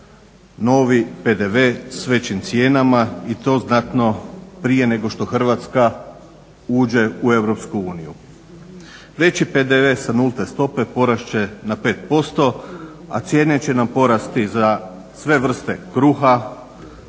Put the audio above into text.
novi PDV s većim cijenama i to znatno prije nego što Hrvatska uđe u Europsku uniju. Veći PDV sa nulte stope porast će na 5% a cijene će nam porasti za sve vrste kruha,